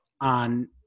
on